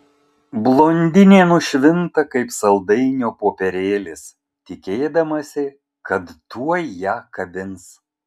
blondinė nušvinta kaip saldainio popierėlis tikėdamasi kad tuoj ją kabins